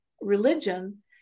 religion